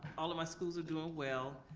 all of my schools are doing well.